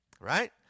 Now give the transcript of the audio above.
Right